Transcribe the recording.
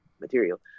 material